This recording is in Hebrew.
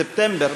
בספטמבר,